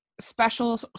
special